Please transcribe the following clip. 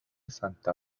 santa